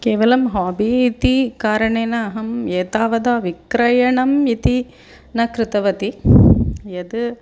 केवलं हाबि इति कारणेन अहम् एतावद् विक्रयणम् इति न कृतवती यद्